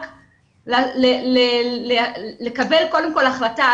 רק לקבל קודם כל החלטה.